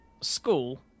school